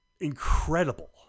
incredible